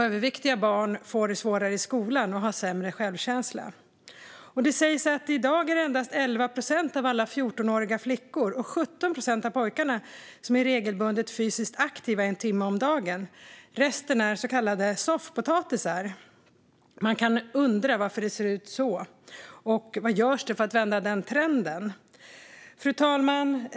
Överviktiga barn får det svårare i skolan och har sämre självkänsla. Det sägs att det i dag endast är 11 procent av alla 14-åriga flickor och 17 procent av pojkarna som är regelbundet fysiskt aktiva en timme om dagen. Resten är så kallade soffpotatisar. Man kan undra varför det ser ut så och vad som görs för att vända den trenden. Fru talman!